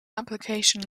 application